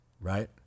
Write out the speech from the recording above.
right